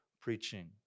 preaching